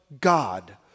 God